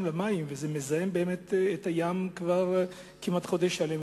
לים ומזהמים את הים כבר כמעט חודש שלם.